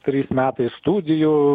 trys metai studijų